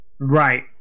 Right